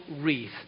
wreath